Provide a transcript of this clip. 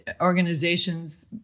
organizations